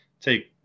take